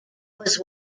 was